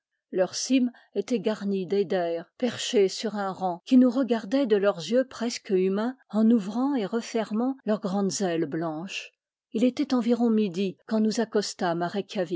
leurs cimes étaient garnies d'eiders perchés sur un rang qui nous regardaient de leurs yeux presque humains en ouvrant et refermant leurs grandes ailes blanches il était environ midi quand nous accostâmes